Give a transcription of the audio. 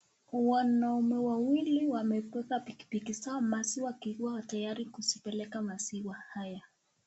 Wanaume wawili wameweka pikipiki zao maziwa, wakiwa tayari kuzipeleka maziwa haya.